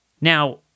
Now